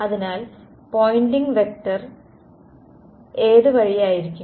അതിനാൽ pointing vector ഏത് വഴിയായിരിക്കും